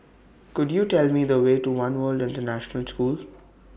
Could YOU Tell Me The Way to one World International School